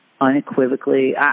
unequivocally –